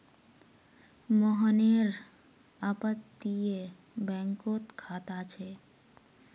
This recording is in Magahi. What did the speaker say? मोहनेर अपततीये बैंकोत खाता छे